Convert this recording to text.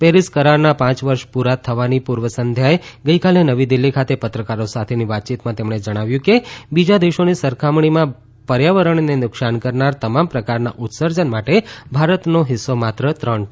Paris કરારના પાંચ વર્ષ પુરા થવાની પુર્વ સંધ્યાએ ગઇકાલે નવી દિલ્ફી ખાતે પત્રકારો સાથેની વાતયીતમાં તેમણે જણાવ્યું કે બીજા દેશો સાથેની સરખામણીમાં પર્યાવરણને નુકશાન કરનાર તમામ પ્રકારના ઉત્સર્જન માટે ભારતનો હિસ્સો માત્ર ત્રણ ટકા છે